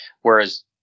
Whereas